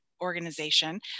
organization